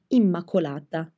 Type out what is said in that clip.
immacolata